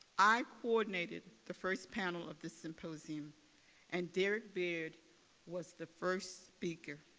i coordinated the first panel of the symposium and derrick beard was the first speaker.